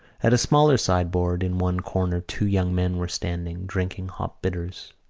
at a smaller sideboard in one corner two young men were standing, drinking hop-bitters.